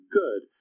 good